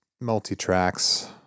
multi-tracks